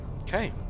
Okay